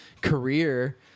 career